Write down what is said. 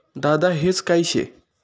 दादा हेज काय शे?